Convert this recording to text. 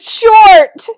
short